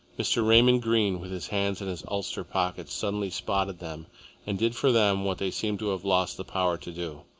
mr. raymond greene, with his hands in his ulster pockets, suddenly spotted them and did for them what they seemed to have lost the power to do.